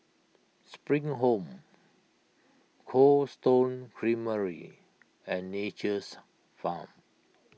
Spring Home Cold Stone Creamery and Nature's Farm